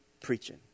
preaching